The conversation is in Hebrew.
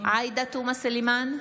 עאידה תומא סלימאן,